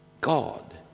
God